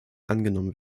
angenommen